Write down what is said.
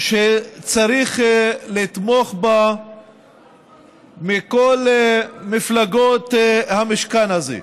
שצריכות לתמוך בה כל מפלגות המשכן הזה.